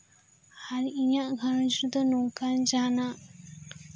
ᱟᱨ ᱤᱧᱟᱹᱜ ᱜᱷᱟᱨᱚᱸᱡᱽ ᱨᱮᱫᱚ ᱱᱚᱝᱠᱟᱱ ᱡᱟᱦᱟᱱᱟᱜ